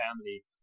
family